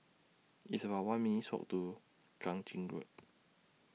It's about one minutes' Walk to Kang Ching Road